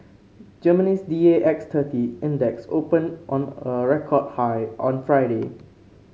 Germany's D A X thirty Index opened on a record high on Friday